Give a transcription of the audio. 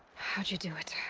you do it?